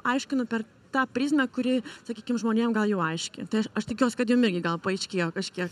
aiškinu per tą prizmę kuri sakykim žmonėm gal jau aiški tai aš aš tikiuos kad jum irgi gal paaiškėjo kažkiek